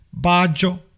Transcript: Baggio